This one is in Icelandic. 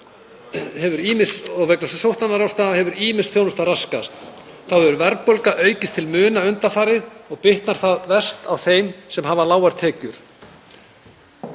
sjúkdóma og vegna sóttvarnaráðstafana hefur ýmis þjónusta raskast. Þá hefur verðbólga aukist til muna undanfarið og bitnar það verst á þeim sem hafa lágar tekjur.